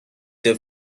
their